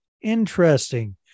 Interesting